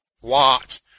What